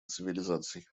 цивилизаций